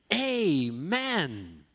Amen